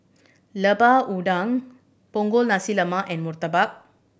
Lemper Udang Punggol Nasi Lemak and murtabak